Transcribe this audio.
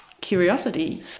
curiosity